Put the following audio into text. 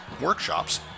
workshops